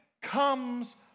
comes